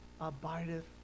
abideth